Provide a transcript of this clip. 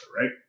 right